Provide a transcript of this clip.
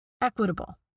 equitable